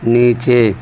نیچے